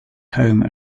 home